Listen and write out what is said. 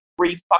three